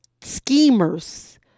schemers